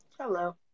Hello